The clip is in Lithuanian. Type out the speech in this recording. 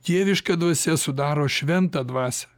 dieviška dvasia sudaro šventą dvasią